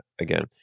again